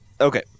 Okay